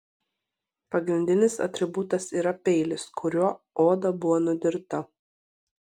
pagrindinis atributas yra peilis kuriuo oda buvo nudirta